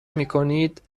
میکنید